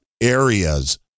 areas